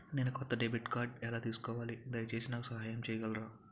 నేను కొత్త డెబిట్ కార్డ్ని ఎలా తీసుకోవాలి, దయచేసి నాకు సహాయం చేయగలరా?